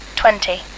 twenty